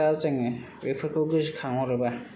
दा जोङो बेफोरखौ गोसोखांहरोबा